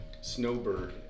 Snowbird